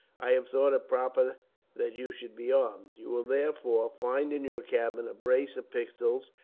i have thought it proper that you should be armed. you will, therefore, find in your cabin a brace of pistols,